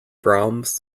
brahms